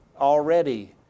already